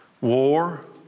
War